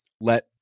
let